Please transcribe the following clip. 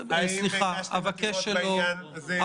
האם הגשתם עתירות בעניין הזה --- סליחה,